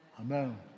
Amen